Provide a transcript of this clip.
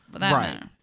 right